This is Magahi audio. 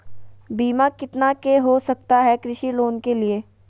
बीमा कितना के हो सकता है कृषि लोन के लिए?